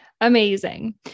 Amazing